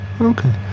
Okay